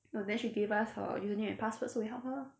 no then she gave us her username and password so we help her ah